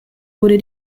wurde